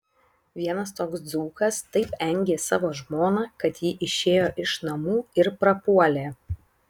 vienas toks dzūkas taip engė savo žmoną kad ji išėjo iš namų ir prapuolė